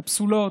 קפסולות,